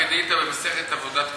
כדאיתא במסכת עבודת כוכבים.